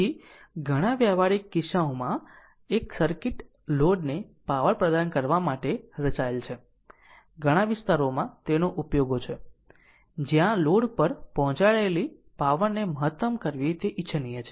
તેથી ઘણા વ્યવહારિક કિસ્સાઓમાં એક સર્કિટ લોડને પાવર પ્રદાન કરવા માટે રચાયેલ છે ઘણા વિસ્તારોમાં તેના ઉપયોગો છે જ્યાં લોડ પર પહોંચાડાયેલી પાવર ને મહત્તમ કરવી તે ઇચ્છનીય છે